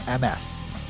MS